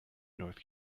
north